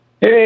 Hey